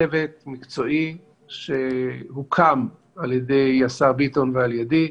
צוות מקצועי שהוקם על ידי השר ביטון ועל ידי,